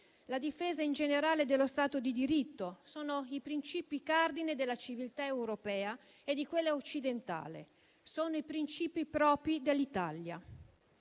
umani e, in generale, dello Stato di diritto è il principio cardine della civiltà europea e di quella occidentale; si tratta dei principi propri dell'Italia.